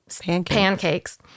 pancakes